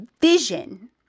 vision